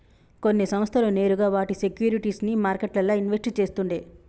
కొన్ని సంస్థలు నేరుగా వాటి సేక్యురిటీస్ ని మార్కెట్లల్ల ఇన్వెస్ట్ చేస్తుండే